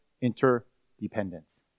interdependence